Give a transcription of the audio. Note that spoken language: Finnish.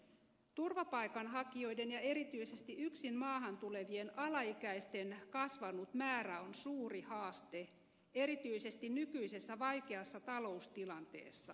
turvapaikanhakijoiden ja erityisesti yksin maahan tulevien alaikäisten kasvanut määrä on suuri haaste erityisesti nykyisessä vaikeassa taloustilanteessa